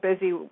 busy